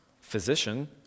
physician